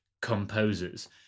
composers